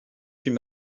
huit